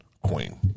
Queen